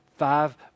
Five